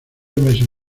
meses